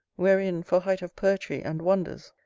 wherein, for height of poetry and wonders,